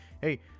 hey